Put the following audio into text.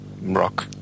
rock